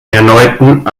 erneuten